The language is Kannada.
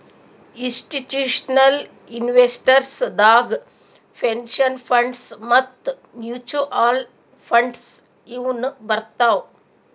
ಇಸ್ಟಿಟ್ಯೂಷನಲ್ ಇನ್ವೆಸ್ಟರ್ಸ್ ದಾಗ್ ಪೆನ್ಷನ್ ಫಂಡ್ಸ್ ಮತ್ತ್ ಮ್ಯೂಚುಅಲ್ ಫಂಡ್ಸ್ ಇವ್ನು ಬರ್ತವ್